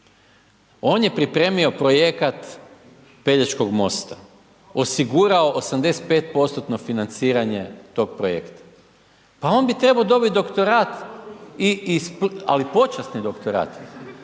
On je pripremio projekat Pelješkog mosta, osigurao 85% financiranje tog projekta. Pa on bi trebao dobiti i doktorat, ali počasni doktorat,